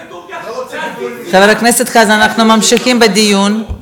למה, תחזור בך מהדברים האלה.